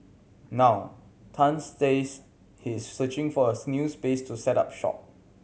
now Tan says he is searching for a new space to set up shop